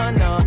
no